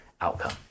outcome